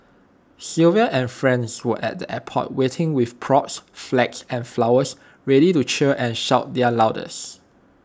Sylvia and friends were at the airport waiting with props flags and flowers ready to cheer and shout their loudest